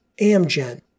Amgen